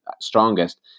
strongest